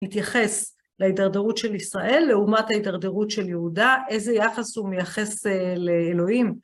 מתייחס להידרדרות של ישראל לעומת ההידרדרות של יהודה, איזה יחס הוא מייחס לאלוהים.